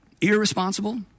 irresponsible